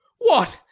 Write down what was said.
what!